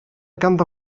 ganddo